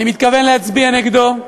אני מתכוון להצביע נגדו,